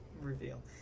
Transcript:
reveal